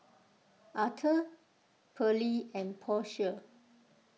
Atha Pearle and Portia